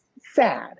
sad